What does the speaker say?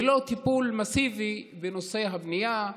ללא טיפול מסיבי בנושא הבנייה.